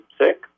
sick